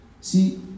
See